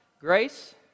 Grace